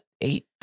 eight